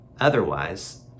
otherwise